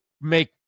make